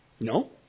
No